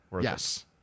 yes